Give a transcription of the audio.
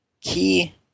key